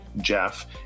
Jeff